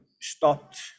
stopped